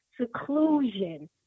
seclusion